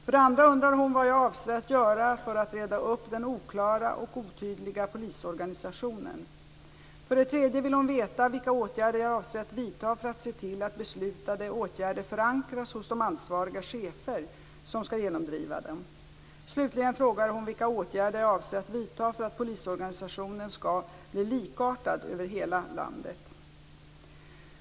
För det andra undrar hon vad jag avser att göra för att reda upp den oklara och otydliga polisorganisationen. För det tredje vill hon veta vilka åtgärder jag avser att vidta för att se till att beslutade åtgärder förankras hos de ansvariga chefer som skall genomdriva dem. Slutligen frågar hon vilka åtgärder jag avser att vidta för att polisorganisationen skall bli likartad över hela landet.